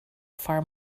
far